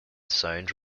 sound